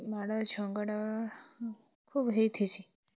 ମାଡ଼ ଝଗଡ଼ା ଖୁବ୍ ହେଇଥିସି